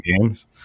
games